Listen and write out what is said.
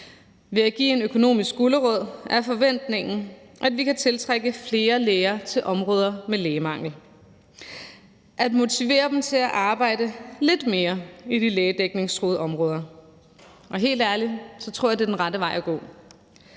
Ved at give en økonomisk gulerod er forventningen, at vi kan tiltrække flere læger til områder med lægemangel, at motivere dem til at arbejde lidt mere i de lægedækningstruede områder, og helt ærligt tror jeg, at det er den rette vej at gå.